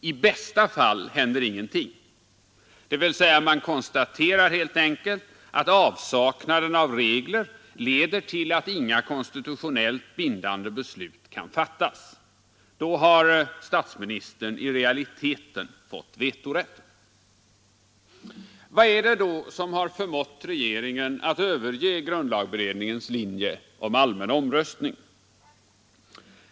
I bästa fall händer ingenting — dvs. man konstaterar helt enkelt att avsaknaden av regler leder till att inga konstitutionellt bindande beslut kan fattas; då har statsministern i realiteten fått vetorätt. Vad är det då som har förmått regeringen att överge grundlagberedningens linje om allmän omröstning?